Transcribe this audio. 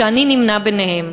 שאני נמנה עמהם,